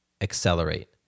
accelerate